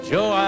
Joe